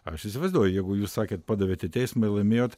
aš įsivaizduoju jeigu jūs sakėt padavėt į teismą ir laimėjot